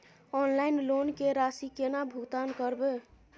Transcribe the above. Online loan के राशि केना भुगतान करबे?